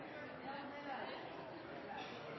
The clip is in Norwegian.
nei? Det